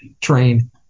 train